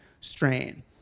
strain